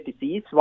disease